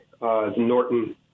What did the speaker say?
Norton